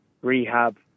rehab